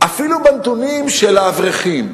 אפילו בנתונים של האברכים,